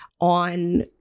on